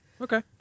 Okay